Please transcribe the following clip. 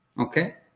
Okay